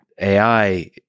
AI